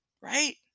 Right